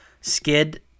skid